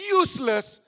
useless